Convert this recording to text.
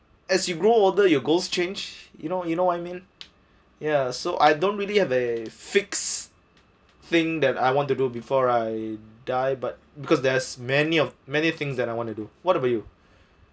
as you grow older your goals change you know you know what I mean ya so I don't really have a fix thing that I want to do before I die but because there's many of many things that I want to do what about you